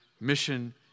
mission